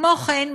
כמו כן,